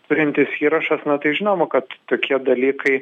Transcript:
turintis įrašas na tai žinoma kad tokie dalykai